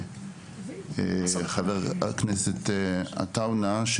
חבר הכנסת עטאונה,